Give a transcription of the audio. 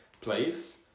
place